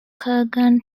kurgan